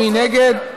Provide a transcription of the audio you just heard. מי נגד?